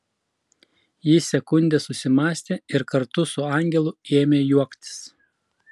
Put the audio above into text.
ji sekundę susimąstė ir kartu su angelu ėmė juoktis